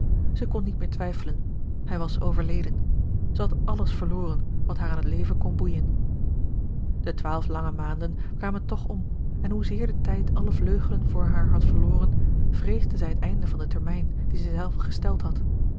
zij kon niet meer twijfelen hij was overleden zij had alles verloren wat haar aan het leven kon boeijen de twaalf langen maanden kwamen toch om en hoezeer de tijd alle vleugelen voor haar had verloren vreesde zij het einde van den termijn dien zij zelve gesteld had